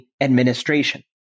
administration